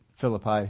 Philippi